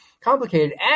complicated